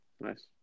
Nice